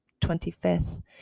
25th